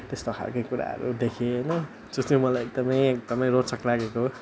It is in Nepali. त्यस्तो खाले कुराहरू देखेँ होइन त्यो चाहिँ मलाई एकदम एकदम रोचक लागेको हो